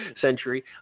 century